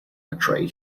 betrayed